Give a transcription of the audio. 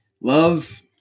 Love